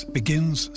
begins